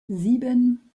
sieben